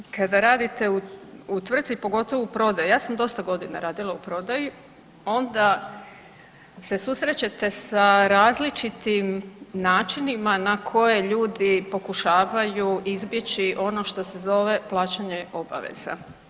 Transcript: Kada radite u tvrtci, pogotovo u prodaji, ja sam dosta godina radila u prodaji, onda se susrećete sa različitim načinima na koje ljudi pokušavaju izbjeći ono što se zove plaćanje obaveza.